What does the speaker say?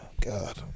God